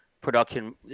production